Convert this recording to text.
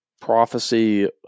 prophecy